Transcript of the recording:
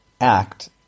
act